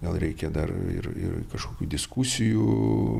gal reikia dar ir ir kažkokių diskusijų